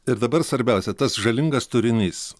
ir dabar svarbiausia tas žalingas turinys